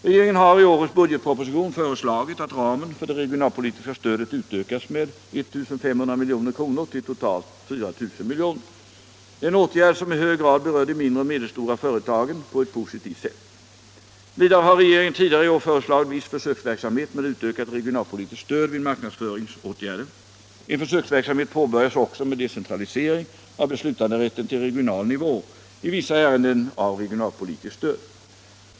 Regeringen har i årets budgetproposition föreslagit att ramen för det regionalpolitiska stödet utökas med 1 500 milj.kr. till totalt 4 000 milj.kr. Det är en åtgärd som i hög grad berör de mindre och medelstora företagen på ett positivt sätt. Vidare har regeringen tidigare i år föreslagit viss försöksverksamhet med utökat regionalpolitiskt stöd vid marknadsföringsåtgärder. En försöksverksamhet påbörjas också med decentralisering av beslutanderätten till regional nivå i vissa ärenden om regionalpolitiskt stöd.